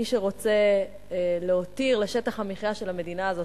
מי שרוצה להותיר לשטח המחיה של המדינה הזאת